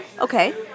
Okay